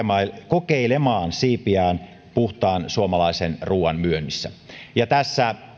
maailmalle kokeilemaan siipiään puhtaan suomalaisen ruoan myynnissä tässä